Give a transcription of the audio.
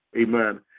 Amen